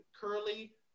curly